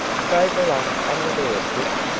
throw the light on the door, dick.